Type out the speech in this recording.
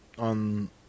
on